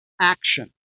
action